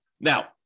Now